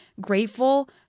grateful